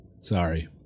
Sorry